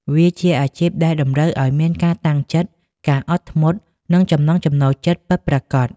វាជាអាជីពដែលតម្រូវឱ្យមានការតាំងចិត្ត ការអត់ធ្មត់ និងចំណង់ចំណូលចិត្តពិតប្រាកដ។